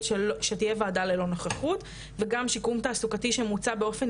שתתקיים וועדה ללא נוכחות וגם שיקום תעסוקתי שמוצע באופן